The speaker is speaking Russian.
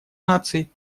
наций